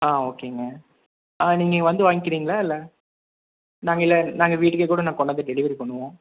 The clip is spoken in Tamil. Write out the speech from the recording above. ஆ ஓகேங்க ஆ நீங்கள் வந்து வாங்கிக்குறீங்களா இல்லை நாங்கள் இல்லை நாங்கள் வீட்டுக்கே கூட நாங்கள் கொண்டாந்து டெலிவரி பண்ணுவோம்